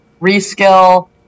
reskill